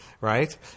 right